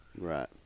Right